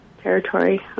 territory